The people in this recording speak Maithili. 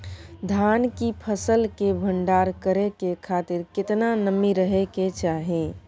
धान की फसल के भंडार करै के खातिर केतना नमी रहै के चाही?